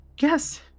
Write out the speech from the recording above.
Yes